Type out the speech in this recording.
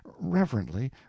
reverently